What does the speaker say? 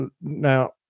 Now